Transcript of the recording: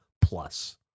Plus